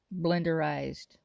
blenderized